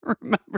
remember